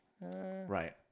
Right